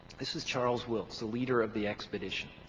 this is charles wilkes, the leader of the expedition.